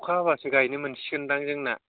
अखा हाबासो गायनो मोनसिगोन दां जोंना